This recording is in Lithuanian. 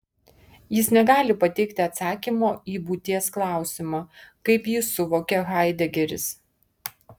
jis negali pateikti atsakymo į būties klausimą kaip jį suvokia haidegeris